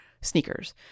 sneakers